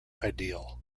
ideal